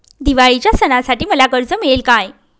दिवाळीच्या सणासाठी मला कर्ज मिळेल काय?